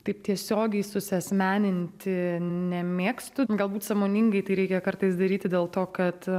taip tiesiogiai susiasmeninti nemėgstu galbūt sąmoningai tai reikia kartais daryti dėl to kad